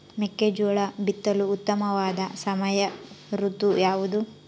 ಮೆಕ್ಕೆಜೋಳ ಬಿತ್ತಲು ಉತ್ತಮವಾದ ಸಮಯ ಋತು ಯಾವುದು?